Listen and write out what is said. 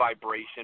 vibration